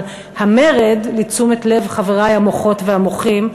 אבל המרד, לתשומת לב חברי המוחות והמוחים,